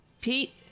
pete